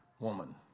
woman